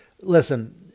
listen